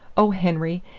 oh, henry,